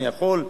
אני יכול,